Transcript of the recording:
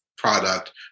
Product